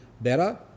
better